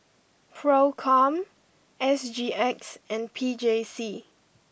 Procom S G X and P J C